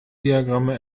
diagramme